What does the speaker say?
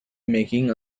making